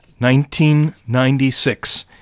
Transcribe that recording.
1996